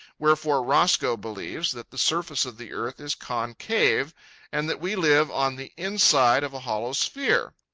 wherefore roscoe believes that the surface of the earth is concave and that we live on the inside of a hollow sphere.